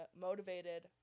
motivated